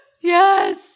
yes